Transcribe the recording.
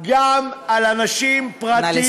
גם על אנשים פרטיים.